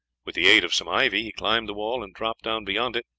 with the aid of some ivy he climbed the wall and dropped down beyond it,